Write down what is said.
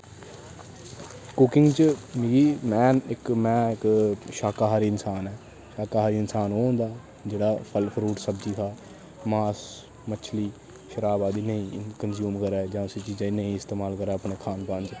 cooking च में इक में इक शाकाहारी इंसान ऐ शाकाहारी इंसान ओह् होंदा जेह्ड़ा फल फ्रूट सब्जी खा मास मच्छली शराब आदी नेईं कंज्यूम करै जां उस चीजै गी नेईं इस्तमाल करै अपने खान पान च